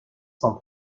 sans